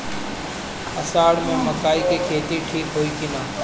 अषाढ़ मे मकई के खेती ठीक होई कि ना?